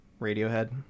Radiohead